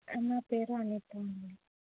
నా పేరు అనిత అండి